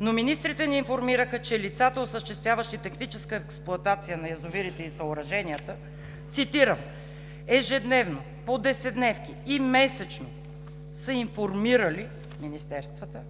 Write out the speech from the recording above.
Министрите ни информираха, че лицата, осъществяващи техническа експлоатация на язовирите и съоръженията, цитирам: „Ежедневно, по десетдневки и месечно са информирали министерствата,